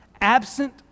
absent